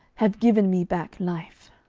have given me back life